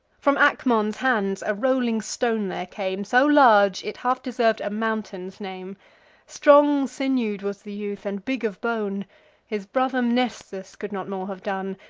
from acmon's hands a rolling stone there came, so large, it half deserv'd a mountain's name strong-sinew'd was the youth, and big of bone his brother mnestheus could not more have done,